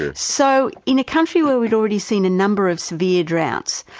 ah so in a country where we'd already seen a number of severe droughts,